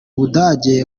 budage